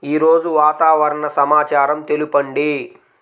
ఈరోజు వాతావరణ సమాచారం తెలుపండి